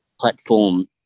platform